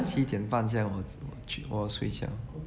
七点半这样我才睡觉